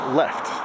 left